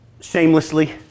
shamelessly